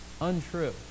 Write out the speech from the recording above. untrue